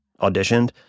auditioned